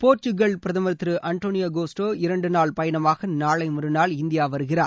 Portugal பிரதமர் Thiru Antonio Costa இரண்டு நாள் பயணமாக நாளை மறுநாள் இந்தியா வருகிறார்